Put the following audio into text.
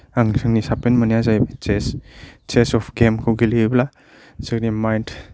आं जोंनि साबसिन मोन्नाया जाहैबाय चेस चेस अफ गेमखौ गेलेयोब्ला जोंनि माइन्द